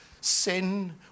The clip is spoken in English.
sin